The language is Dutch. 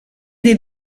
die